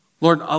Lord